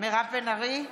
מירב בן ארי,